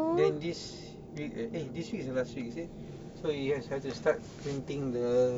then this week uh eh this week is the last week is it so you have has to start printing the